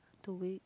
two weeks